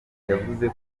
yavuze